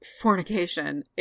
fornication